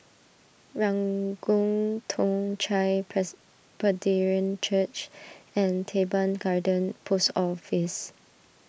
Ranggung Toong Chai Presbyterian Church and Teban Garden Post Office